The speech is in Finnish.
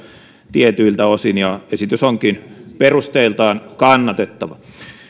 tietyiltä osin ja esitys onkin perusteiltaan kannatettava